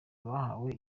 bahawe